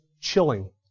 chilling